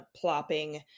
plopping